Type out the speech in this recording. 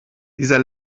dieser